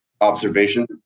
observation